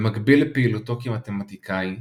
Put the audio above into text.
במקביל לפעילותו כמתמטיקאי,